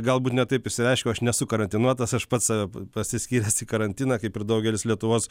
galbūt ne taip išsireiškiau aš nesu karatinuotas aš pats save pasiskyręs į karantiną kaip ir daugelis lietuvos